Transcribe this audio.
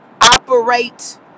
operate